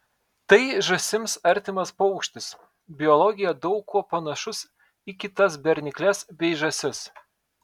tai žąsims artimas paukštis biologija daug kuo panašus į kitas bernikles bei žąsis